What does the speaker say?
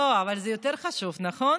לא, אבל זה יותר חשוב, נכון?